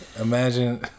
Imagine